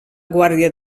guàrdia